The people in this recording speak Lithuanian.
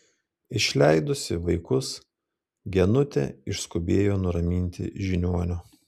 išleidusi vaikus genutė išskubėjo nuraminti žiniuonio